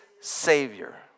Savior